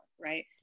Right